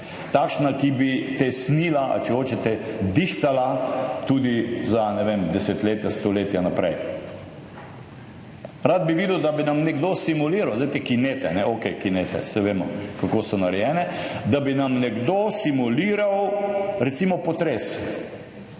Takšna, ki bi tesnila, ali če hočete, dihtala tudi za, ne vem, desetletja, stoletja naprej. Rad bi videl, da bi nam nekdo simuliral zdaj te kinete. Okej, kinete, saj vemo kako so narejene, da bi nam nekdo simuliral recimo potres,